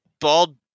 bald